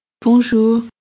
Bonjour